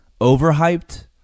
overhyped